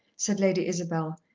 said lady isabel,